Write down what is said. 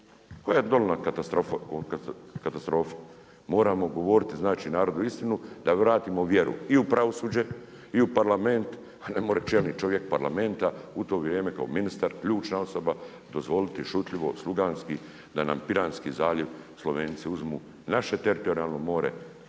Koja je donijela katastrofu. Moramo govoriti znači narodu istinu da vratimo vjeru i u pravosuđe i u Parlament, pa ne more čelni čovjek Parlamenta u to vrijem kao ministar, ključna osoba dozvoliti šutljivo, sluganski da nam Piranski zaljev, Slovenci uzmu i naše teritorijalno more,